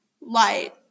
light